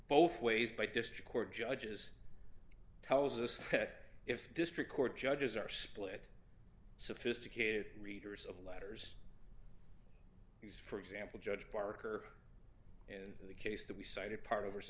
both ways by district court judges tells us that if district court judges are split sophisticated readers of letters because for example judge parker in the case that we cited part o